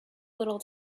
little